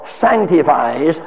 sanctifies